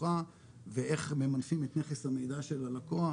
פתוחה ואיך ממנפים את נכס המידע של הלקוח,